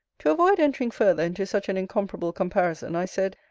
to avoid entering further into such an incomparable comparison, i said,